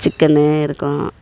சிக்கன்னு இருக்கும்